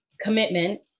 commitment